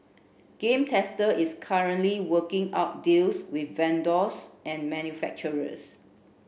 Game Tester is currently working out deals with vendors and manufacturers